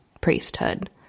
priesthood